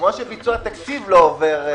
- כמו שביצוע תקציב לא עובר-